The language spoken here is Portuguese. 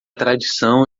tradição